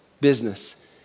business